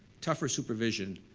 tougher supervision,